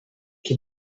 qui